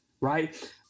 right